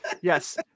Yes